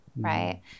right